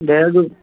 Dehradun